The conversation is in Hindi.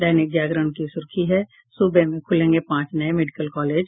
दैनिक जागरण की सुर्खी है सूबे में खूलेंगे पांच नये मेडिकल कॉलेज